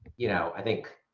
you know, i think